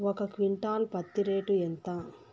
ఒక క్వింటాలు పత్తి రేటు ఎంత?